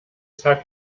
tag